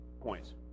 points